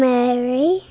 Mary